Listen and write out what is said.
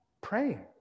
Praying